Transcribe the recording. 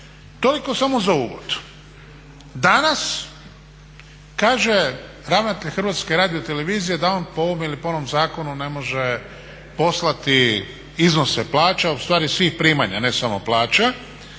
Toliko samo za uvod. Danas kaže ravnatelj Hrvatske radiotelevizije da on po ovome ili onome zakonu ne može poslati iznose plaća, ustvari svih primanja, ne samo plaća,